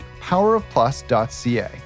powerofplus.ca